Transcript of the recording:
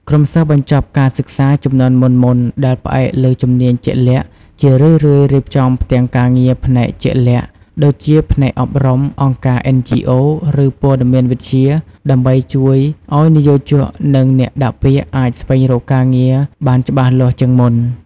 ក្រុមសិស្សបញ្ចប់ការសិក្សាជំនាន់មុនៗ ដែលផ្អែកលើជំនាញជាក់លាក់ ជារឿយៗរៀបចំផ្ទាំងការងារផ្នែកជាក់លាក់ ដូចជាផ្នែកអប់រំ អង្គការ NGO ឬព័ត៌មានវិទ្យា ដើម្បីជួយឱ្យនិយោជក និងអ្នកដាក់ពាក្យអាចស្វែងរកការងារបានច្បាស់លាស់ជាងមុន។